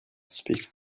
speak